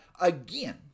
again